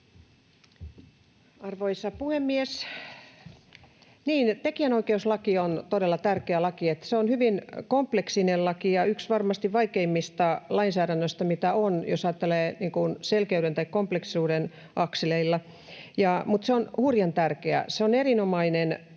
Arvoisa puhemies! Niin, tekijänoikeuslaki on todella tärkeä laki. Se on hyvin kompleksinen laki ja varmasti yksi vaikeimmista lainsäädännöistä, mitä on, jos ajattelee selkeyden ja kompleksisuuden akseleilla. Mutta se on hurjan tärkeä, se on erinomaisen